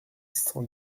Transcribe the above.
cent